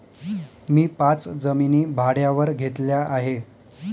मी पाच जमिनी भाड्यावर घेतल्या आहे